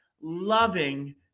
loving